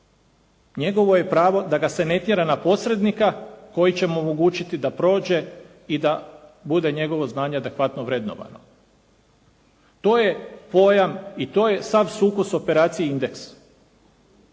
Njegovo je pravo da ga se ne tjera na posrednika koji će mu omogućiti da prođe i da bude njegovo znanje adekvatno vrednovano. To je pojam i to je sav sukus operacije "Indeks"